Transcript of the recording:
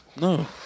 No